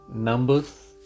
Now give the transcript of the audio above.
Numbers